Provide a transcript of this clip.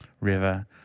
River